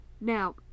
Now